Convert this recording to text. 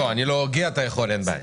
לא, אני לא הוגה, אתה יכול, אין בעיה.